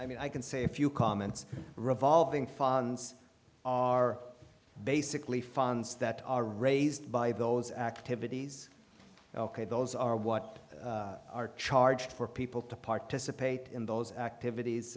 i mean i can say a few comments revolving funds are basically funds that are raised by those activities ok those are what are charged for people to participate in those